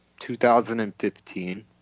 2015